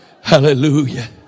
Hallelujah